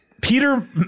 Peter